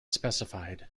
specified